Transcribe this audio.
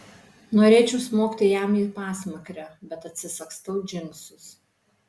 norėčiau smogti jam į pasmakrę bet atsisagstau džinsus